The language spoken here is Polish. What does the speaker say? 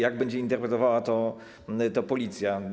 Jak będzie interpretowała to policja?